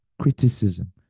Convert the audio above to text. criticism